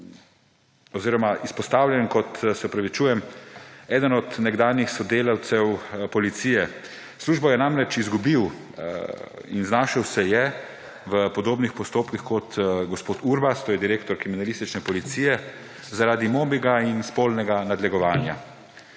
ki je izpostavljen kot eden od nekdanjih sodelavcev policije. Službo je namreč izgubil in znašel se je v podobnih postopkih kot gospod Urbas, to je direktor kriminalistične policije, zaradi mobinga in spolnega nadlegovanja.